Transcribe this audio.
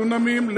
דונמים,